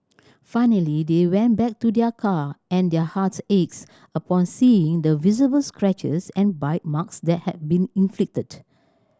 finally they went back to their car and their hearts aches upon seeing the visible scratches and bite marks that had been inflicted